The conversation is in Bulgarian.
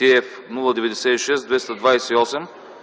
TF-096228